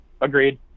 Agreed